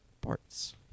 parts